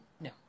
No